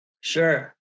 Sure